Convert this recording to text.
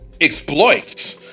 exploits